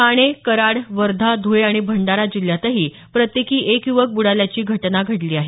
ठाणे कराड वर्धा धुळे आणि भंडारा जिल्ह्यातही प्रत्येकी एक यूवक ब्र्डाल्याची घटना घडली आहे